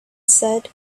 said